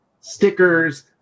stickers